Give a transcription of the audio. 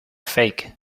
fake